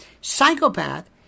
Psychopath